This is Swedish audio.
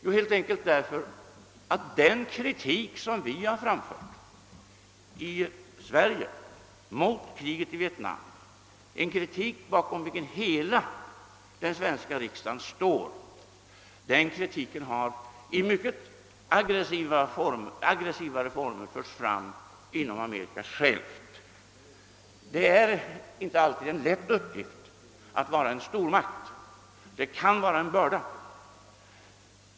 Jo, helt enkelt därför att den kritik som vi i Sverige har framfört mot kriget i Vietnam — en kritik bakom vilken hela den svenska riksdagen står — i mycket aggressivare former förts fram inom Amerika självt. Det är inte alltid en lätt uppgift att vara en stormakt — det kan vara en börda.